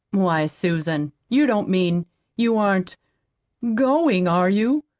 why, susan, you don't mean you aren't going, are you?